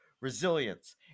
resilience